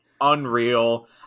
unreal